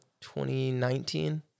2019